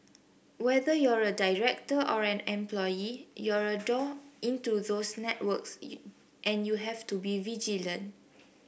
whether you're a director or an employee you're a door into those networks and you have to be vigilant